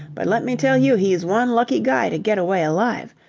but let me tell you he's one lucky guy to get away alive.